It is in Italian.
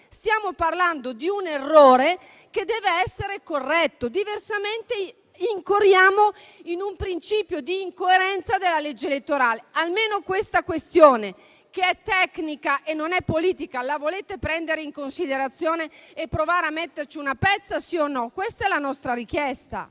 stiamo parlando di un errore che deve essere corretto. Diversamente incorriamo in un principio di incoerenza della legge elettorale. Almeno questa questione, che è tecnica e non politica, la volete prendere in considerazione e provare a metterci una pezza, sì o no? Questa è la nostra richiesta.